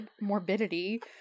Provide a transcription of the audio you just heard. morbidity